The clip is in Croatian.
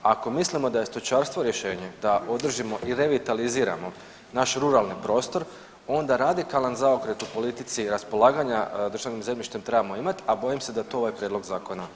Ako mislimo da je stočarstvo rješenje da održimo i revitaliziramo naš ruralni prostor onda radikalan zaokret u politici i raspolaganja državnim zemljištem trebamo imati, a bojim se da to ovaj prijedlog zakona ne nudi.